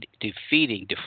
defeating